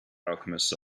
alchemist